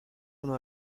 uno